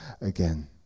again